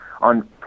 on